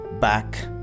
back